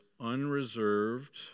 unreserved